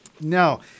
Now